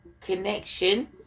connection